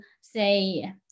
say